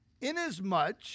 Inasmuch